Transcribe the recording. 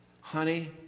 honey